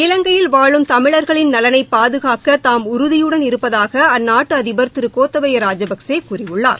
இலங்கையில் வாழும் தமிழர்களின் நலனை பாதுகாக்க தாம் உறுதியுடன் இருப்பதாக அந்நாட்டு அதிபர் திரு கோத்தபய ராஜபக்ஷே கூறியுள்ளார்